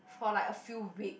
for like a few weeks